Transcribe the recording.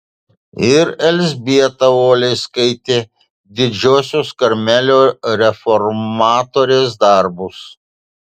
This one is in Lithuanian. ir elzbieta uoliai skaitė didžiosios karmelio reformatorės darbus